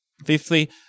Fifthly